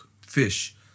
fish